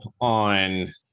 on